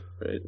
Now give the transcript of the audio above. right